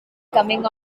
coming